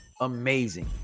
amazing